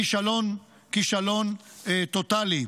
כישלון, כישלון טוטאלי: